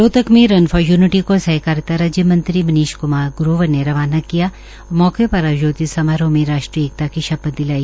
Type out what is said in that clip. रोहतक मे run for unity को सहकारिता राज्य मंत्री मनीष क्मार ग्रोवर ने रवाना किया और मौके पर आयोजित समारोह में राष्ट्रीय एकता की शपथ दिलाई